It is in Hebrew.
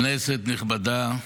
כנסת נכבדה,